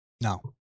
No